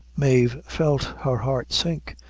mave felt her heart sink,